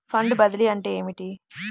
Fund బదిలీ అంటే ఏమిటి?